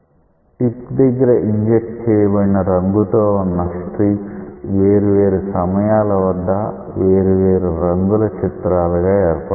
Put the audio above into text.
tip దగ్గర inject చెయ్యబడిన రంగుతో వున్న స్ట్రీక్స్ వేరు వేరు సమయాల వద్ద వేరు వేరు రంగుల చిత్రాలు గా ఏర్పడుతున్నాయి